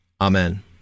Amen